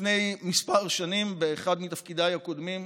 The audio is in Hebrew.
לפני כמה שנים, באחד מתפקידיי הקודמים,